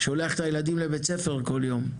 הוא שולח את הילדים לבית הספר כל יום.